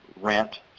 rent